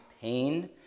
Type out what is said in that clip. pain